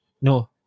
No